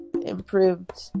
improved